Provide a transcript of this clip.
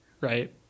right